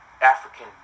African